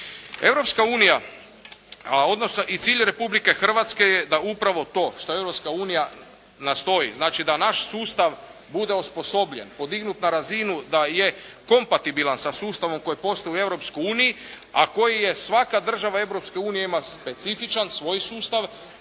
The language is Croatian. Europska unija, odnosno i cilj Republike Hrvatske je upravo to što Europska unija nastoji, znači da naš sustav bude osposobljen, podignut na razinu da je kompatibilan sa sustavom koji postoji u Europskoj uniji, a koji svaka država Europske unije ima specifičan svoj sustav,